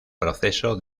proceso